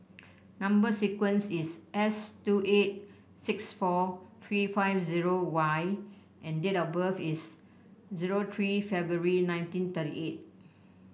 number sequence is S two eight six four three five zero Y and date of birth is zero three February nineteen thirty eight